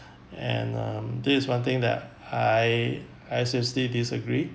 and um this is one thing that I I seriously disagree